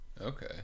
okay